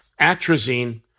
Atrazine